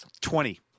twenty